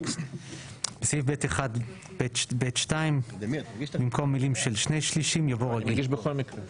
הצבעה בעד, 5 נגד, 7 נמנעים,